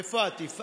איפה את, יפעת?